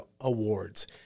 awards